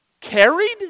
Carried